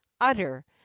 utter